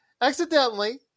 accidentally